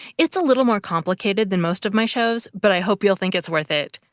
it's a little more complicated than most of my shows, but i hope you'll think it's worth it.